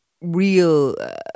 real